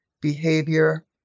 behavior